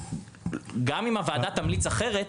גם אם הוועדה תמליץ אחרת,